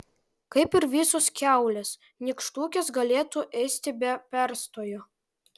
kaip ir visos kiaulės nykštukės galėtų ėsti be perstojo